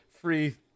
Free